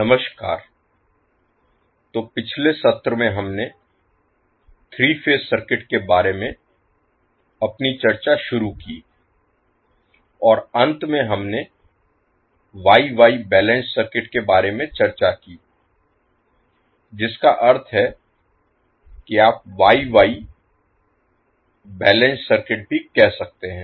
नमस्कार तो पिछले सत्र में हमने 3 फेज सर्किट के बारे में अपनी चर्चा शुरू की और अंत में हमने वाई वाई बैलेंस्ड सर्किट के बारे में चर्चा की जिसका अर्थ है कि आप वाई वाई बैलेंस्ड सर्किट भी कह सकते हैं